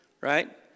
Right